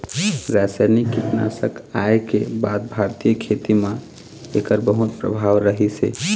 रासायनिक कीटनाशक आए के बाद भारतीय खेती म एकर बहुत प्रभाव रहीसे